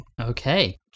Okay